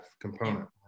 component